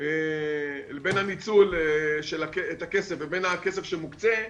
של הכסף ובין הכסף שמוקצה,